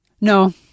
No